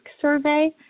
survey